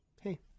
Hey